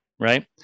right